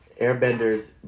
airbenders